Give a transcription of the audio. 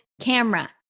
camera